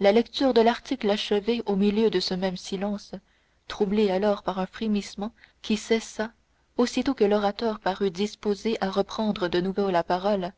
la lecture de l'article achevée au milieu de ce même silence troublé alors par un frémissement qui cessa aussitôt que l'orateur parut disposé à reprendre de nouveau la parole